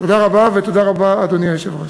תודה רבה, ותודה רבה, אדוני היושב-ראש.